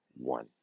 one